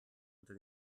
unter